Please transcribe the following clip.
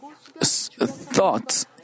thoughts